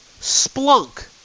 Splunk